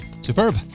superb